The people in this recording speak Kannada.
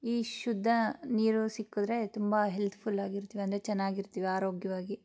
ಈ ಶುದ್ಧ ನೀರು ಸಿಕ್ಕಿದ್ರೆ ತುಂಬ ಹೆಲ್ತ್ಫುಲ್ ಆಗಿರ್ತೀವಿ ಅಂದರೆ ಚೆನ್ನಾಗಿ ಇರ್ತೀವಿ ಆರೋಗ್ಯವಾಗಿ